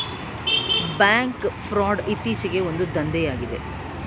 bank fraud ಇತ್ತೀಚೆಗೆ ಒಂದು ದಂಧೆಯಾಗಿದೆ